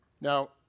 Now